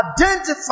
identify